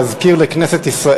להזכיר לכנסת,